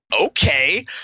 okay